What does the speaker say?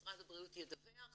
משרד הבריאות ידווח